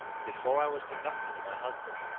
before i was conducted to my husband,